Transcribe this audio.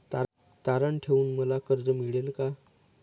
तारण ठेवून मला कर्ज मिळेल का?